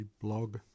blog